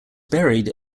buried